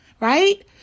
right